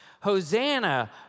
Hosanna